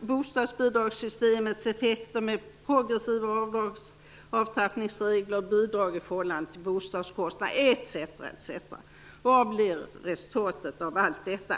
bostadsbidragssystemets effekter med progressiva avtrappningsregler och bidrag i förhållande till bostadskostnaderna etc? Vad blir resultatet av allt detta?